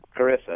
Carissa